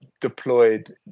deployed